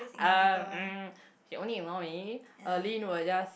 uh um she only ignore me uh lin will just